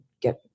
get